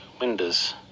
windows